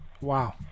Wow